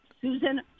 Susan